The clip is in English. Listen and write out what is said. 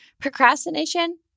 Procrastination